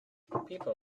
people